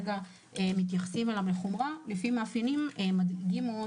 מתייחסים אליו בחומרה לפי מאפיינים מאוד מדאיגים,